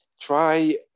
try